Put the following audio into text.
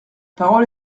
parole